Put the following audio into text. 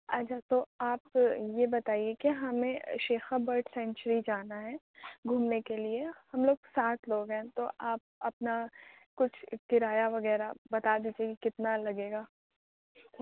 اچھا تو آپ یہ بتائیے کہ ہمیں شیخا برڈ سینچری جانا ہے گھومنے کے لیے ہم لوگ سات لوگ ہیں تو آپ اپنا کچھ کرایہ وغیرہ بتا دیتی کتنا لگے گا